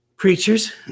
Preachers